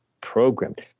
programmed